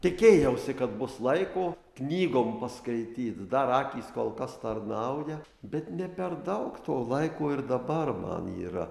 tikėjausi kad bus laiko knygom paskaityt dar akys kol kas tarnauja bet ne per daug to laiko ir dabar man yra